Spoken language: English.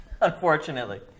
unfortunately